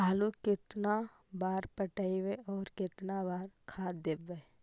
आलू केतना बार पटइबै और केतना बार खाद देबै?